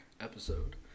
episode